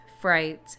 fright